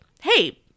hey